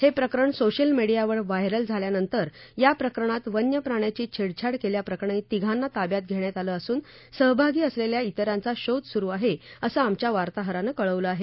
हे प्रकरण social media वर वायरल झाल्या नंतर या प्रकरणात वन्य प्राण्याची छेडछाड केल्याप्रकरणी तिघांना ताब्यात घेण्यात आले असून यात सहभागी असलेल्या तिरांचा शोध सुरु आहे असं आमच्या वार्ताहरानं कळवलं आहे